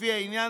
לפי העניין,